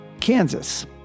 Kansas